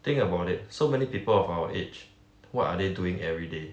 think about it so many people of our age what are they doing every day